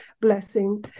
blessing